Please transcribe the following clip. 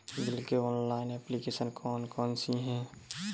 Bill के लिए online application कौन कौन सी हैं?